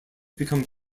become